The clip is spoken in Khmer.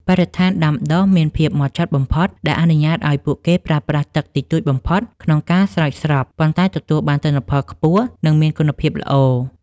បរិស្ថានដាំដុះមានភាពហ្មត់ចត់បំផុត ដែលអនុញ្ញាតឱ្យពួកគេប្រើប្រាស់ទឹកតិចតួចបំផុតក្នុងការស្រោចស្រព ប៉ុន្តែទទួលបានទិន្នផលខ្ពស់ និងមានគុណភាពល្អ។